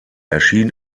erschien